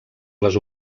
les